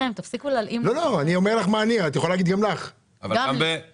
רוצה להביע מחאה על כך